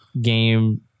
game